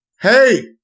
Hey